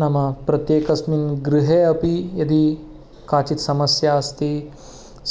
नाम प्रत्येकस्मिन् गृहे अपि यदि काचित् समस्या अस्ति